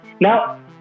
Now